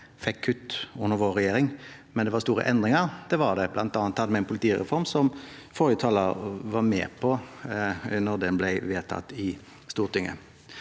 fikk kutt under vår regjering – men store endringer, det var det. Blant annet hadde vi en politireform som forrige taler var med på da den ble vedtatt i Stortinget.